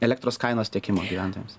elektros kainos tiekimo gyventojams